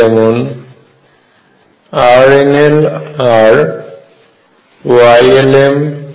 যেমন RnlrYlmθϕ